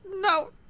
no